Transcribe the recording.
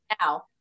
now